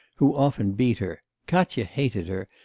who often beat her katya hated her,